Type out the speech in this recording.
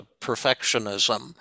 perfectionism